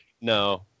No